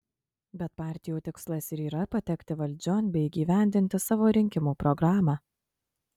bet partijų tikslas ir yra patekti valdžion bei įgyvendinti savo rinkimų programą